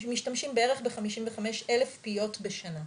משתמשים בערך ב-55,000 פיות בשנה.